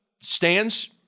stands